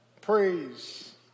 Praise